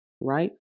right